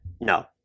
no